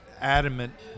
adamant